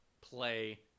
play